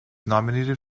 nominated